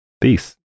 peace